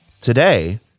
Today